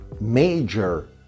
major